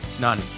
None